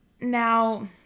Now